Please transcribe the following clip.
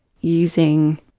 using